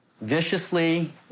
viciously